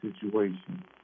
situation